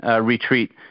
retreat